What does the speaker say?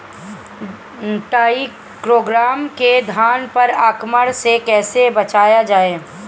टाइक्रोग्रामा के धान पर आक्रमण से कैसे बचाया जाए?